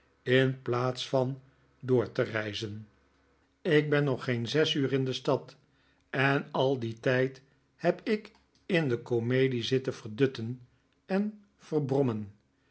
in plaats van door te reizen ik ben nog geen zes uur in de stad en al dien tijd heb ik in de komedie zitten verdutten en verbrommen